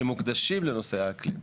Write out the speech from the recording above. אלא מוקדשים לנושא האקלים?